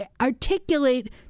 articulate